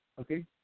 Okay